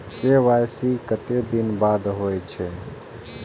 KYC कतेक दिन बाद होई छै?